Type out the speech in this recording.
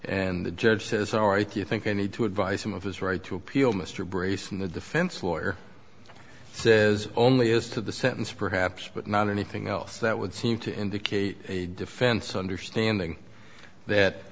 and the judge says all right you think i need to advise him of his right to appeal mr brace and the defense lawyer says only as to the sentence perhaps but not anything else that would seem to indicate a defense understanding that